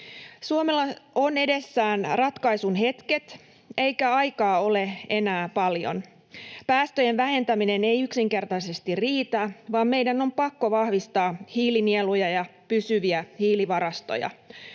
Suomella on edessään ratkaisun hetket, eikä aikaa ole enää paljon. Päästöjen vähentäminen ei yksinkertaisesti riitä, vaan meidän on pakko vahvistaa hiilinieluja ja pysyviä hiilivarastoja.